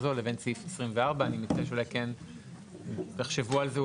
הזו לבין סעיף 24. אני מציע שאולי כן תחשבו על זה,